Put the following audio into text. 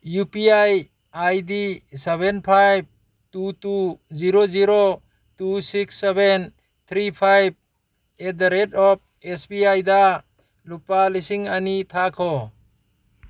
U P I I D seven five two two zero zero two six seven three five at the rate of S B ꯑꯥꯏꯗ ꯂꯨꯄꯥ ꯂꯤꯁꯤꯡ ꯑꯅꯤ ꯊꯥꯈꯣ